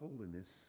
holiness